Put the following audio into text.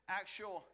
actual